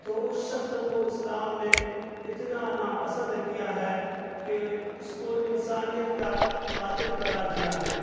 تو اس شخص کو اسلام نے اتنا ناپسند کیا ہے کہ اس کو انسانیت کا قاتل قرار دیا ہے